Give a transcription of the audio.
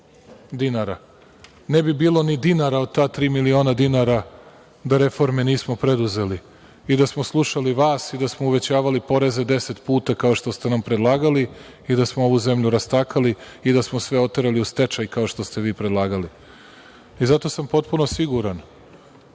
dinara. Ne bi bilo ni dinara od ta tri miliona dinara da reforme nismo preduzeli i da smo slušali vas i da smo uvećavali poreze deset puta, kao što ste nam predlagali, i da smo ovu zemlju rastakali i da smo sve oterali u stečaj, kao što ste vi predlagali. Zato sam potpuno siguran